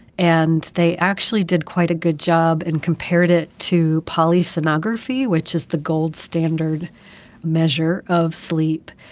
and they actually did quite a good job and compared it to polysomnography, which is the gold standard measure of sleep.